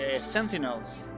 sentinels